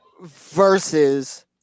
versus